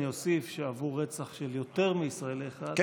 אני אוסיף שעבור רצח של יותר מישראלי אחד,